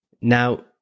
Now